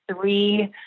three